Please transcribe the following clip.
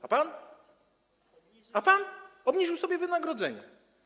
A pan? Pan obniżył sobie wynagrodzenie.